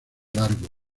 largo